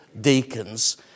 deacons